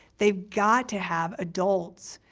they've got to have adults,